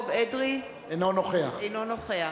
אינו נוכח